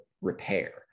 repair